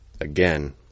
Again